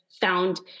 found